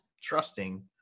trusting